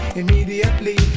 immediately